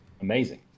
amazing